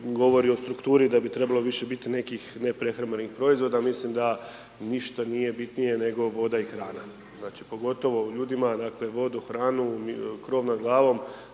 govori o strukturi, da bi trebalo biti više nekih neprehrambenih proizvoda, mislim da ništa nije bitnije n ego voda i hrana. Pogotovo ljudima, voda, hrana, krov nad glavom,